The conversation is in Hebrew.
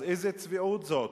אז איזו צביעות זו?